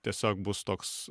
tiesiog bus toks